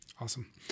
Awesome